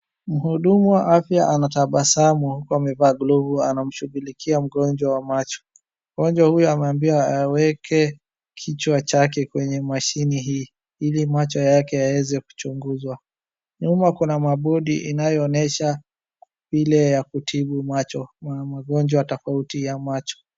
Mhudumu wa afya anatabasamu huku amevaa glavu anamshughulikia mgonjwa wa macho. Mgonjwa huyu ameambiwa aweke kichwa chake kwenye mashine hii ili macho yake yaweze kuchunguzwa nyuma kuna mabodi inayoonesha vile ya kutibu macho na magonjwa tofauti ya macho.